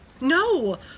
No